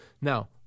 Now